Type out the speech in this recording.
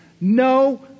no